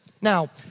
Now